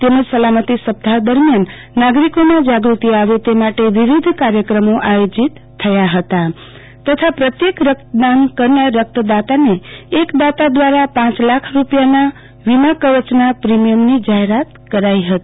તેમજ સલામતી સપ્તાહ્ દરમિયાન નાગરિકોમાં જાગૃતિ આવે તે માટે વિવિધ કાર્યક્રમો આયોજિત થયા હતા તથા પ્રત્યેક રક્તદાન કરનાર રકતદાતાને એક દાતા દ્વારા પાંચ લાખ રૂપિયાના વીમા કવય ના પ્રીમિયમની જાહેરાત કરાઈ હતી